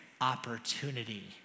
opportunity